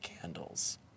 candles